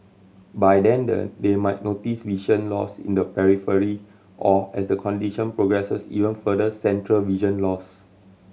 by then the they might notice vision loss in the periphery or as the condition progresses even further central vision loss